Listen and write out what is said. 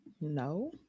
no